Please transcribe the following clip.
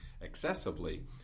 excessively